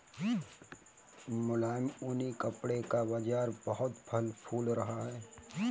मुलायम ऊनी कपड़े का बाजार बहुत फल फूल रहा है